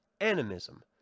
Animism